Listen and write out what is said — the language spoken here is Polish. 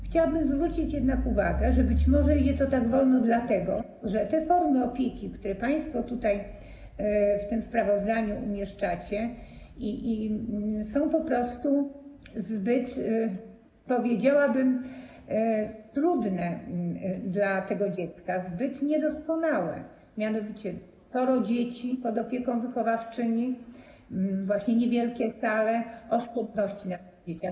Chciałabym zwrócić jednak uwagę, że być może idzie to tak wolno dlatego, że te formy opieki, które państwo w tym sprawozdaniu umieszczacie, są po prostu zbyt, powiedziałabym, trudne dla tego dziecka, zbyt niedoskonałe, mianowicie sporo dzieci pod opieką wychowawczyni, niewielkie sale, oszczędności na dzieciach.